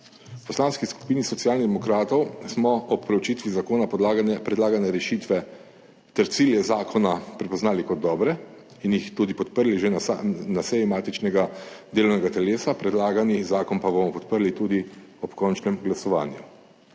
Poslanski skupini Socialnih demokratov smo ob proučitvi zakona predlagane rešitve ter cilje zakona prepoznali kot dobre in jih tudi podprli že na seji matičnega delovnega telesa, predlagani zakon pa bomo podprli tudi ob končnem glasovanju.